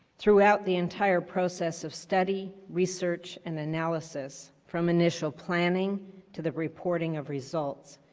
throughout the entire process of study research, and analysis from initial planning to the reporting of results.